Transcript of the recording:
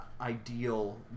ideal